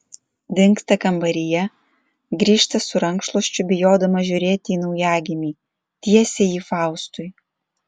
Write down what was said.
dingsta kambaryje grįžta su rankšluosčiu bijodama žiūrėti į naujagimį tiesia jį faustui